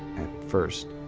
first,